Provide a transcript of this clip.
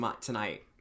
tonight